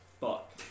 fuck